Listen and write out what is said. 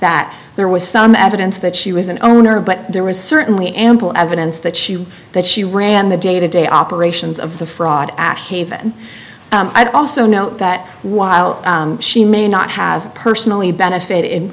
that there was some evidence that she was an owner but there was certainly ample evidence that she that she ran the day to day operations of the fraud at haven i'd also note that while she may not have personally benefit in